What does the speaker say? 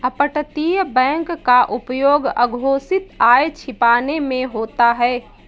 अपतटीय बैंक का उपयोग अघोषित आय छिपाने में होता है